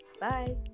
Bye